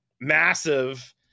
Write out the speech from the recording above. massive